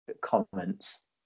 comments